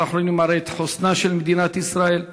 האחרונים מראה את חוסנה של מדינת ישראל,